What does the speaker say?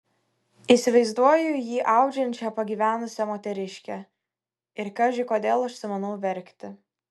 įsivaizduoju jį audžiančią pagyvenusią moteriškę ir kaži kodėl užsimanau verkti